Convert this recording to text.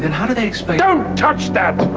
and how do they expect, don't touch that!